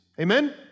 Amen